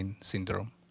syndrome